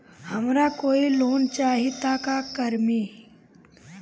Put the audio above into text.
हमरा कोई लोन चाही त का करेम?